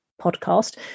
podcast